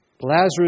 Lazarus